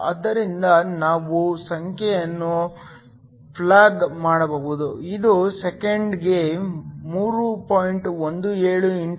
ಆದ್ದರಿಂದ ನಾವು ಸಂಖ್ಯೆಗಳನ್ನು ಪ್ಲಗ್ ಮಾಡಬಹುದು ಇದು ಸೆಕೆಂಡಿಗೆ 3